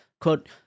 Quote